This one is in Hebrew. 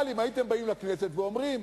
אבל אם הייתם באים לכנסת ואומרים: